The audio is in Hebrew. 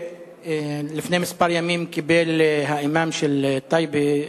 לפני כמה ימים קיבל האימאם של טייבה,